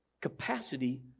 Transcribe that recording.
Capacity